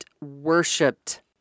worshipped